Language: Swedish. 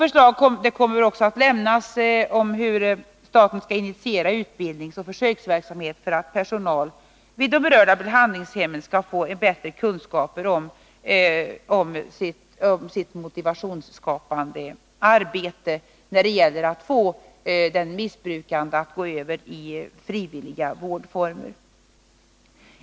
Förslag kommer också att läggas fram om hur staten skall initiera utbildningsoch försöksverksamheten för att personalen vid de berörda behandlingshemmen skall få bättre kunskaper om sitt motivationsskapande arbete då det gäller att få den missbrukande att gå över i frivilliga vårdformer.